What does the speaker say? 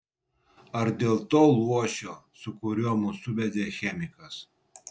ar dėl to luošio su kuriuo mus suvedė chemikas